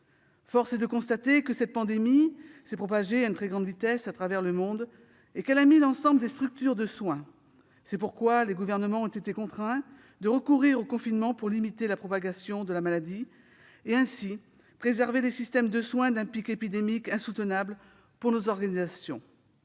Force est de constater que cette pandémie s'est propagée à une très grande vitesse à travers le monde et qu'elle a mis à mal l'ensemble des structures de soins. C'est pourquoi les gouvernements ont été contraints de recourir au confinement pour limiter la propagation de la maladie et, ainsi, préserver les systèmes de soins d'un pic épidémique insoutenable pour nos organisations.